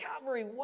Calvary